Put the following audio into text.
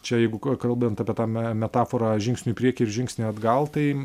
čia jeigu k kalbant apie tą me metaforą žingsniu į priekį ir žingsnį atgal tai